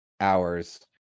hours